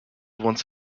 once